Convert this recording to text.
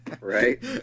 Right